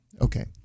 Okay